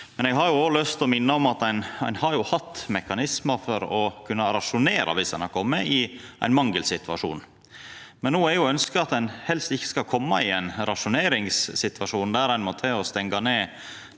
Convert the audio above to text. det. Eg har òg lyst til å minna om at ein har hatt mekanismar for å kunna rasjonera viss ein har kome i ein mangelsituasjon. No er jo ønsket at ein helst ikkje skal koma i ein rasjoneringssituasjon, der ein f.eks. må stengja ned